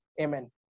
Amen